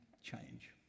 change